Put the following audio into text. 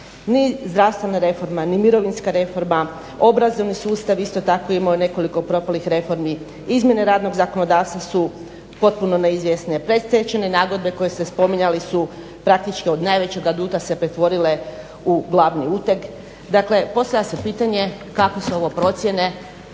Ni zdravstvena reforma, ni mirovinska reforma, obrazovni sustav isto tako je imao nekoliko propalih reformi. Izmjene radnog zakonodavstva su potpuno neizvjesne. Predstečajne nagodbe koje ste spominjali su praktički od najvećeg aduta se pretvorile u glavni uteg. Dakle, postavlja se pitanje kakve su ove procjene